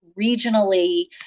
regionally